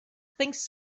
things